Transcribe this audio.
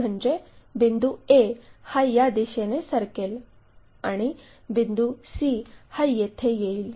म्हणजे बिंदू a हा या दिशेने सरकेल आणि हा बिंदू c हा येथे येईल